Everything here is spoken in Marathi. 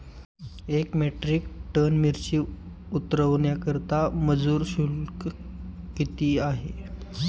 एक मेट्रिक टन मिरची उतरवण्याकरता मजूर शुल्क किती आहे?